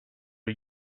are